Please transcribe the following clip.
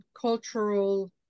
cultural